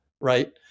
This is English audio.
Right